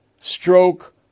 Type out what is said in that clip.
Stroke